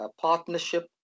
partnership